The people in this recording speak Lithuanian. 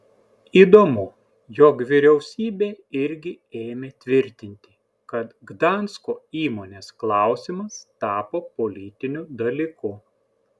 įdomu jog vyriausybė irgi ėmė tvirtinti kad gdansko įmonės klausimas tapo politiniu dalyku